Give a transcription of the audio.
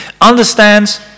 Understands